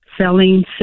selling